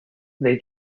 they